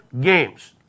games